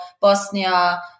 Bosnia